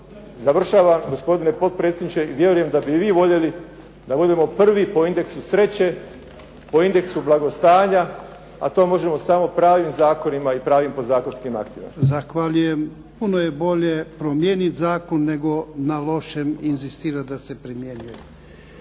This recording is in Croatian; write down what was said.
Završavam gospodine potpredsjedniče i vjerujem da bi i vi voljeli da budemo prvi po indeksu sreće, po indeksu blagostanja, a to možemo samo pravim zakonima i pravim podzakonskim aktima. **Jarnjak, Ivan (HDZ)** Zahvaljujem. Puno je bolje promijeniti zakon nego na lošem inzistirati da se primjenjuje.